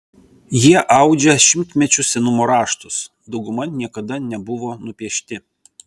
jie audžia šimtmečių senumo raštus dauguma niekada nebuvo nupiešti